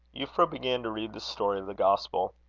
euphra began to read the story of the gospel.